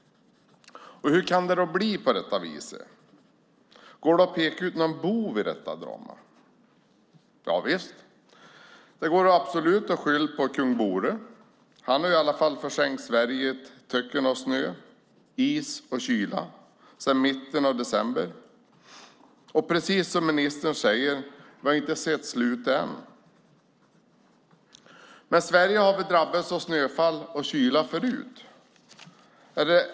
Hur kan det bli på detta vis? Går det att peka ut någon bov i detta drama? Visst går det att skylla på Kung Bore. Han har ju lagt Sverige under ett täcke av snö, is och kyla sedan mitten av december. Och precis som ministern säger har vi inte sett slutet än. Men Sverige har väl drabbats av snöfall och kyla förut?